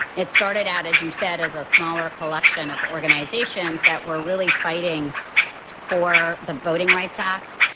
it started out, as you said, as a smaller collection of organizations that were really fighting for the voting rights act